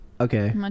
Okay